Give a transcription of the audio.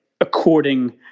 according